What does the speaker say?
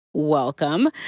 Welcome